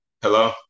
Hello